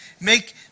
Make